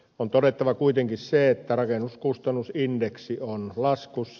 on todettava kuitenkin se että rakennuskustannusindeksi on laskussa